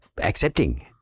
accepting